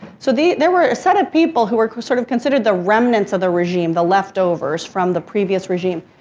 so, the, there were a set of people who were were sort of considered the remnants of the regime, the left-overs from the previous regime.